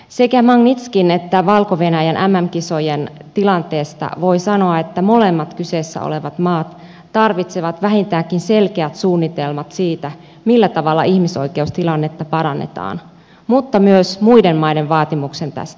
sekä magnitskin että valko venäjän mm kisojen tilanteesta voi sanoa että molemmat kyseessä olevat maat tarvitsevat vähintäänkin selkeät suunnitelmat siitä millä tavalla ihmisoikeustilannetta parannetaan mutta myös muiden maiden vaatimuksen tästä